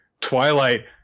Twilight